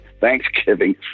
Thanksgiving